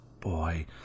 boy